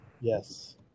Yes